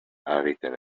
written